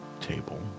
table